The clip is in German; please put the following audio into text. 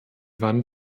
wand